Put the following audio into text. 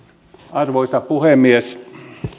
arvoisa puhemies